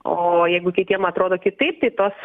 o jeigu kitiem atrodo kitaip tai tas